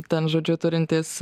ten žodžiu turintys